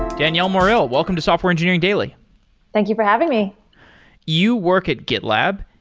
danielle morrill, welcome to software engineering daily thank you for having me you work at gitlab.